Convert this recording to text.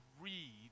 read